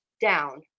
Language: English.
down